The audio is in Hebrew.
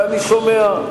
ואני שומע,